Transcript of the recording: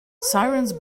sirens